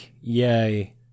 yay